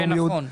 כן, נכון.